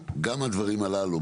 גם הדברים הללו,